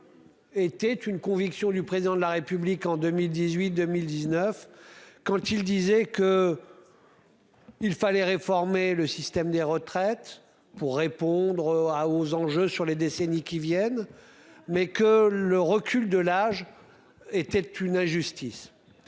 Était une conviction du président de la République en 2018 2019 quand il disait que. Il fallait réformer le système des retraites. Pour répondre à aux anges sur les décennies qui viennent. Mais que le recul de l'âge était une injustice.